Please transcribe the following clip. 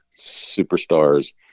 superstars